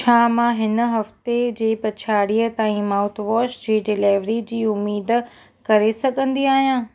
छा मां हिन हफ़्ते जी पछाड़ीअ ताईं माउथवॉश जी डिलेवरी जी उमेदु करे सघंदी आहियां